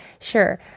Sure